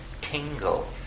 tingle